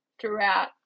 throughout